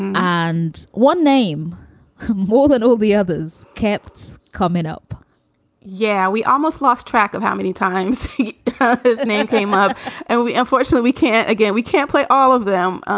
and one name more than all the others kept coming up yeah, we almost lost track of how many times the name came up and we unfortunately we can't. again, we can't play all of them.